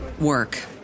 work